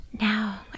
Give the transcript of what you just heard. Now